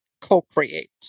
co-create